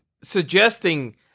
suggesting